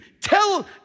Tell